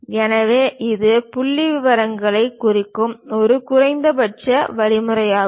எனவே இது புள்ளிவிவரங்களைக் குறிக்கும் ஒரு குறைந்தபட்ச வழிமுறையாகும்